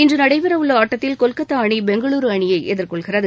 இன்று நடைபெறவுள்ள ஆட்டத்தில் கொல்கத்தா அணி பெங்களுரு அணியை எதிர்கொள்கிறது